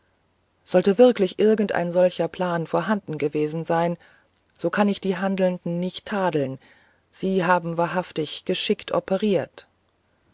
sollte wirklich irgend ein solcher plan vorhanden gewesen sein so kann ich die handelnden nicht tadeln sie haben wahrhaftig geschickt operiert